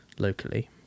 locally